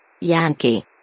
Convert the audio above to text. Yankee